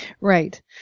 right